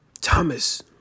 Thomas